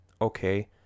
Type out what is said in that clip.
Okay